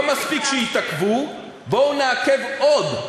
לא מספיק שהתעכבו, בואו נעכב עוד.